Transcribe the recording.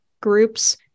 groups